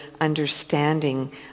understanding